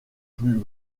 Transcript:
plus